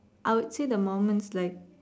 I would say the moments like